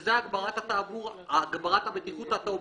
שזה הגברת הבטיחות התעבורתית.